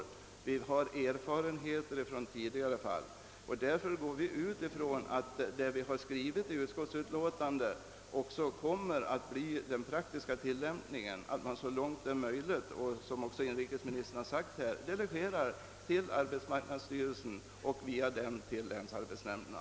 Det finns alltså erfarenhet av det från tidigare fall, och vi har därför i utskottet utgått från att vad vi skrivit i utlåtandet också kommer att tillämpas i praktiken, d.v.s. att man så långt möjligt — såsom inrikesministern också framhöll — delegerar avgörandena till arbetsmarknadsstyrelsen och via den till länsarbetsnämnderna.